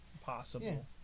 possible